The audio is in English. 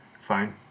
fine